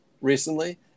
recently